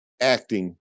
acting